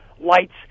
lights